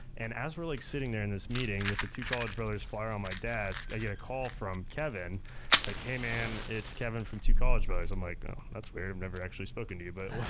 and as we're like sitting there in this meeting with the two college brothers flyer on my desk i get a call from kevin it's like hey man, it's kevin from two college brothers. i'm like oh, that's weird. i've never actually spoken to you. but